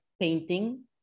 painting